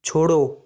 छोड़ो